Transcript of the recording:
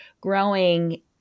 growing